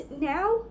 now